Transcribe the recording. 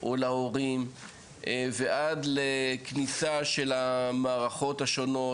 או להורים ועד לכניסה של המערכות השונות,